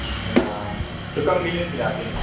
अच्छा तो कब मिलें फिर आ के हम